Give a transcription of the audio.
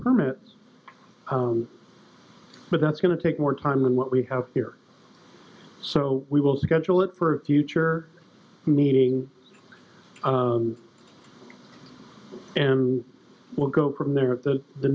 permits but that's going to take more time than what we have here so we will schedule it for a future meeting and we'll go from there the